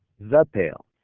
the pail.